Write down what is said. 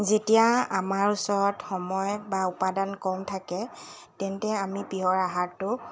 যেতিয়া আমাৰ ওচৰত সময় বা উপাদান কম থাকে তেন্তে আমি পিয়ৰ আহাৰটো